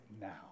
now